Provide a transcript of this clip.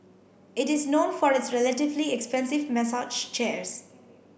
it is known for its relatively expensive massage chairs